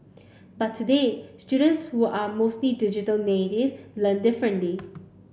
but today students who are mostly digital native learn differently